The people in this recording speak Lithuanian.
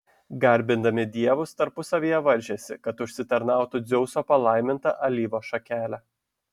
garbindami dievus tarpusavyje varžėsi kad užsitarnautų dzeuso palaimintą alyvos šakelę